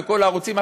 בכל הערוצים,